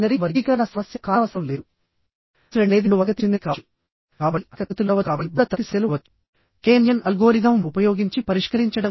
geometry factor అనగా gauge length మరియు diameter యొక్క నిష్పత్తి